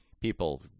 People